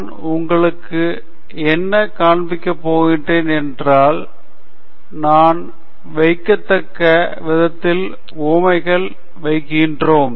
நான் உங்களுக்கு என்ன காண்பிக்கப் போகிறேன் என்றால் நாம் வைக்கத்தக்க விதத்தில் உவமைகளை வைக்கிறோம்